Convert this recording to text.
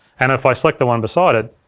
and if i select the one beside it,